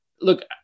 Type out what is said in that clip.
Look